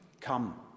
come